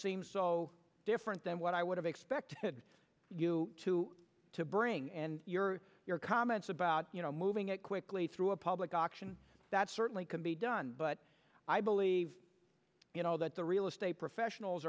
seems so different than what i would have expected you to to bring and your your comments about you know moving it quickly through a public auction that certainly can be done but i believe you know that the real estate professionals